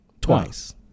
Twice